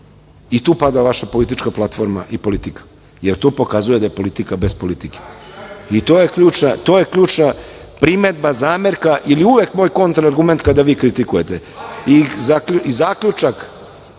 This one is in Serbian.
I tu pada vaša politička platforma i politika, jer to pokazuje da je politika bez politike. To je ključna primedba, zamerka ili uvek moj kontraargument kada vi kritikujete. Zaključak,